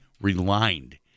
relined